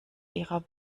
ihrer